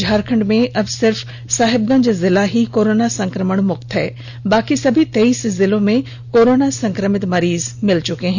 झारखंड में अब सिर्फ साहेबगंज जिला ही कोरोना संक्रमण से मुक्त है बाकी सभी तेईस जिलों में कोरोना संक्रमित मरीज मिल चुके हैं